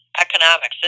economics